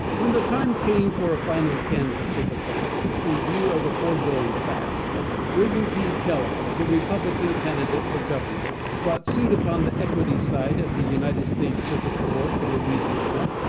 when the time came for a final canvass of the votes, in view of the foregoing facts william p. kellogg, the republican candidate for governor, brought suit upon the equity side of the united states circuit court for louisiana,